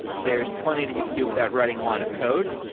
there is plenty that you can do without writing a line of code,